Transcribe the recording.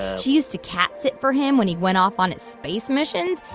she used to cat sit for him when he went off on his space missions.